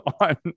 on